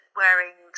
wearing